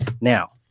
Now